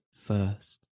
first